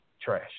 trash